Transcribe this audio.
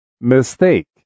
Mistake